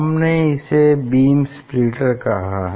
हमने इसे beam splitter कहा है